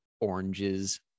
oranges